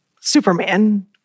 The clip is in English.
Superman